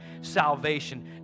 salvation